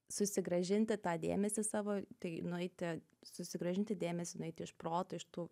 susigrąžinti tą dėmesį savo tai nueiti susigrąžinti dėmesį nueiti iš proto iš tų